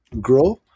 grow